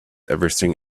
everything